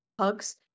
hugs